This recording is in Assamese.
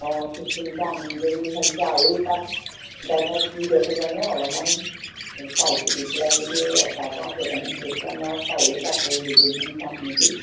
অ আনিমগৈ বুলি ভাবিছোঁ আৰু তাত কি দেখো জানো অলপমান চাই চিতি পেলাই যদি কেইটামান বেছিকৈ আৰু পাৰিলে কাপোৰ দুযোৰমান চাম নেকি